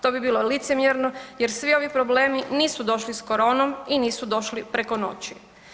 To bi bilo licemjerno jer svi ovi problemi nisu došli s koronom i nisu došli preko noći.